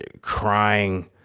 crying